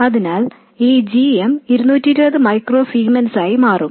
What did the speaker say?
അതിനാൽ ഈ g m 220 micro സീമെൻസായി മാറും